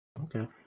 Okay